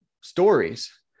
stories